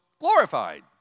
glorified